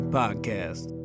podcast